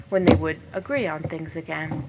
when they would agree on things again,